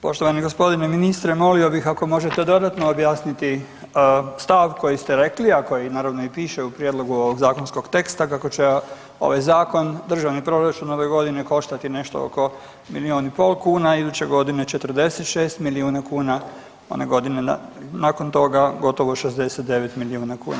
Poštovani g. ministre molio bih ako možete dodatno objasniti stav koji ste rekli, a koji naravno i piše u prijedlogu ovog zakonskog teksta kako će ovaj zakon državni proračun ove godine koštati nešto oko milijun i pol kuna, iduće godine 46 milijuna kuna, one godine nakon toga gotovo 69 milijuna kuna.